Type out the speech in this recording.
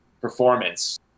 performance